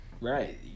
Right